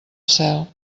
cel